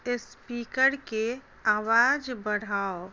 स्पीकरके आवाज बढ़ाउ